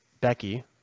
Becky